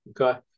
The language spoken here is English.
Okay